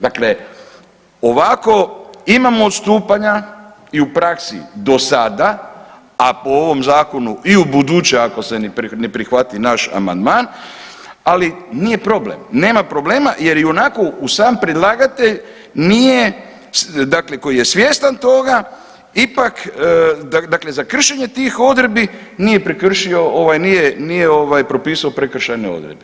Dakle, ovako imamo odstupanja i u praksi do sada, a po ovom zakonu i ubuduće ako se ne prihvati naš amandman, ali nije problem, nema problema jer i onako sam predlagatelj nije dakle koji je svjestan toga ipak dakle za kršenje tih odredbi nije prekršio nije propisao prekršajne odredbe.